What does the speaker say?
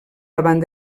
davant